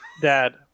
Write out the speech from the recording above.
Dad